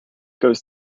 goes